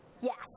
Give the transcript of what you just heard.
Yes